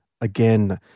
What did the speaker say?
again